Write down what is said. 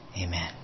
amen